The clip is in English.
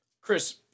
Chris